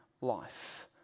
Life